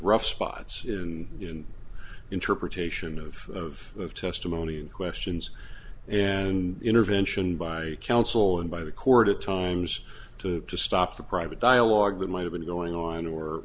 rough spots in interpretation of testimony and questions and intervention by counsel and by the court at times to to stop the private dialogue that might have been going on or